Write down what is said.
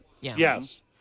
Yes